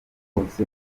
hose